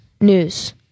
news